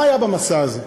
מה היה במסע הזה?